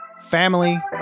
family